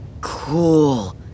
Cool